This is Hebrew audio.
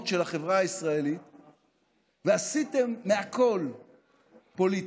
של החברה הישראלית ועשיתם מהכול פוליטיקה.